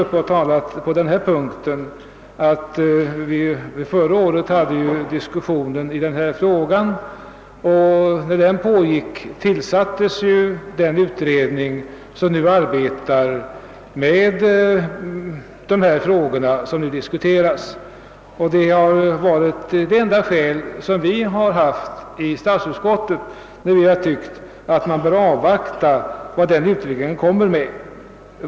Till dem som talat på denna punkt i dag vill jag säga att vi förra året hade en diskussion i denna fråga. När den pågick tillsattes en utredning, som nu arbetar med de frågor som här är föremål för behandling. Det har varit det enda skälet för oss i statsutskottet när vi ansett att utredningens resultat bör avvaktas.